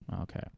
Okay